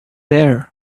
there